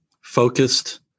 focused